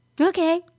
Okay